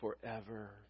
forever